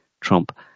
trump